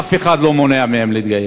אף אחד לא מונע מהם להתגייס.